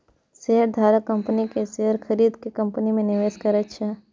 शेयरधारक कंपनी के शेयर खरीद के कंपनी मे निवेश करै छै